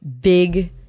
big